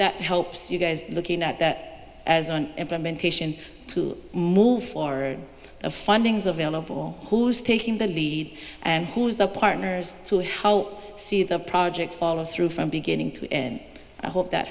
that helps you guys looking at that as an implementation to move forward a funding's available who's taking the lead and who's the partners to how see the project follow through from beginning to end i hope that